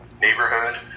neighborhood